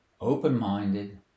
open-minded